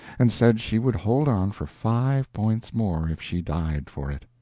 and said she would hold on for five points more if she died for it.